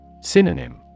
Synonym